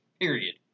Period